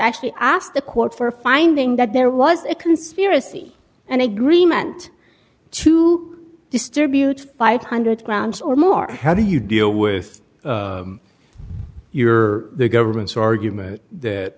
actually asked the court for finding that there was a conspiracy and agreement to distribute five hundred grams or more how do you deal with your government's argument that